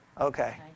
Okay